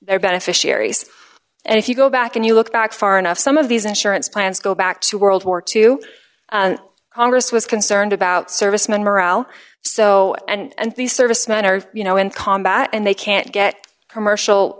their beneficiaries and if you go back and you look back far enough some of these insurance plans go back to world war two congress was concerned about servicemen morale so and these servicemen are you know in combat and they can't get commercial